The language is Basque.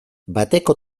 bateko